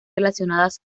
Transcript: relacionadas